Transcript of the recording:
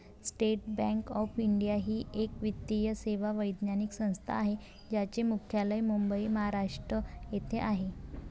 state bank of India ही एक वित्तीय सेवा वैधानिक संस्था आहे ज्याचे मुख्यालय मुंबई, महाराष्ट्र येथे आहे